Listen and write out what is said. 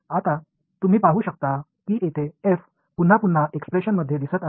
आता तुम्ही पाहु शकता की येथे f पुन्हा पुन्हा एक्सप्रेशन मध्ये दिसत आहे